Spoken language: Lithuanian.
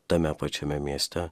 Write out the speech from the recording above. tame pačiame mieste